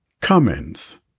Comments